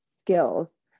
skills